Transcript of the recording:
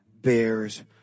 bears